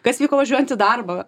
kas vyko važiuojant į darbą